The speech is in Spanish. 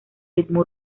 ritmo